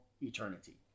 eternity